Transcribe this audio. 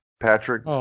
Patrick